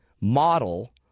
model